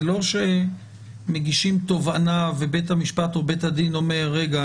זה לא שמגישים תובענה ובית המשפט או בית הדין אומר: רגע,